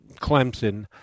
Clemson